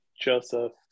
Joseph